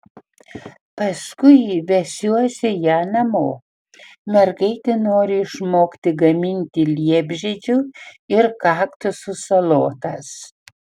paskui vesiuosi ją namo mergaitė nori išmokti gaminti liepžiedžių ir kaktusų salotas